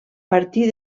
partir